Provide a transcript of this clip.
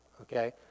Okay